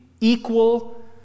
equal